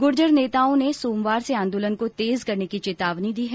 गुर्जर नेताओं ने सोमवार से आंदोलन को तेज करने की चेतावनी दी है